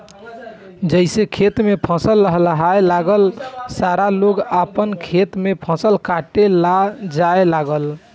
जइसे खेत में फसल लहलहाए लागल की सारा लोग आपन खेत में फसल काटे ला जाए लागल